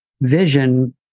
vision